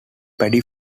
paddy